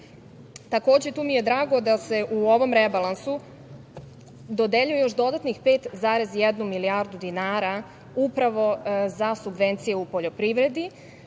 Takođe, tu mi je drago da se u ovom rebalansu dodeljuje još dodatnih 5,1 milijardu dinara upravo za subvencije u poljoprivredi,